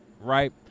right